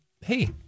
hey